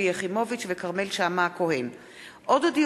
מאת חבר